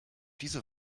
diese